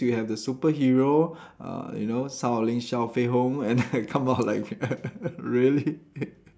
we have the superhero uh you know Shaolin Shao Fei Hung and come out like really